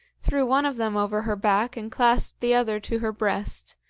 threw one of them over her back and clasped the other to her breast,